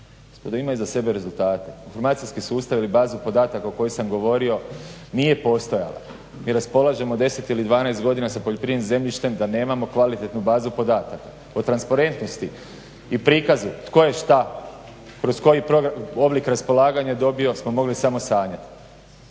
i ima iza sebe rezultate. Informacijski sustav ili baza podataka o kojoj sam govorio nije postojala. Mi raspolažemo 10 ili 12 godina sa poljoprivrednim zemljištem a da nemamo kvalitetnu bazu podataka. O transparentnosti i prikazu tko je što kroz koji oblik raspolaganja dobio smo mogli samo sanjati.